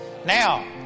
now